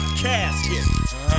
casket